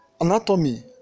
anatomy